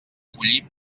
collir